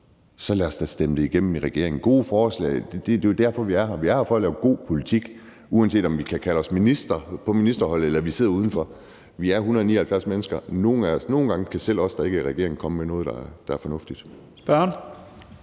så lad os da stemme det igennem i regeringen. Gode forslag er jo grunden til, at vi er. Vi er her for at lave god politik, uanset om vi er på ministerholdet eller vi sidder uden for . Vi er 179 mennesker, og nogle gange kan selv nogle af os, der ikke er i regering, komme med noget, der er fornuftigt.